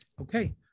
Okay